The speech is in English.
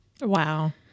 Wow